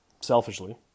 selfishly